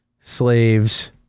slaves